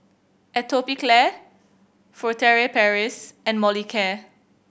Atopiclair Furtere Paris and Molicare